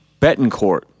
Betancourt